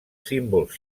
símbols